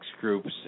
groups